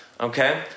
okay